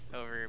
over